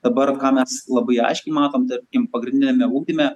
dabar ką mes labai aiškiai matom tarkim pagrindiniame ugdyme